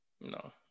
No